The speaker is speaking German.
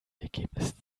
ergebnis